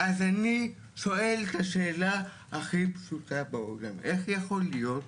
אז אני שואל את השאלה הכי פשוטה בעולם: איך יכול להיות?